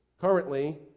currently